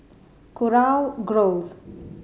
Kurau Grove